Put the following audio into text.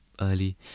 early